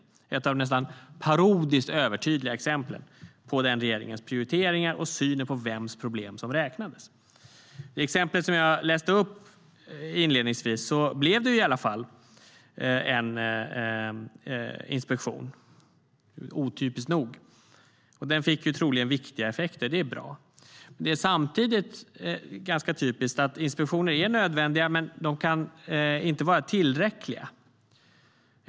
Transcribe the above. Det är ett av de nästan parodiskt övertydliga exemplen på den regeringens prioriteringar och syn på vems problem som räknades. I exemplet som jag läste upp inledningsvis blev det i alla fall en inspektion, otypiskt nog. Den fick troligen viktiga effekter, och det är bra. Men det är samtidigt ganska typiskt att inspektioner är nödvändiga. Men de kan inte vara tillräckliga.